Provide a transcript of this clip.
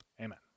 Amen